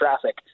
traffic